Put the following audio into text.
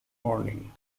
morning